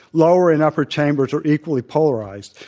lower and upper chambers are equally polarized.